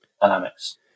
dynamics